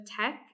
Tech